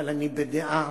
אבל אני בדעה